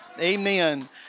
amen